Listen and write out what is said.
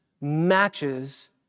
matches